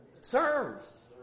serves